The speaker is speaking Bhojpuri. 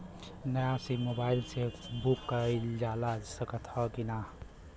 नया सिम मोबाइल से बुक कइलजा सकत ह कि ना?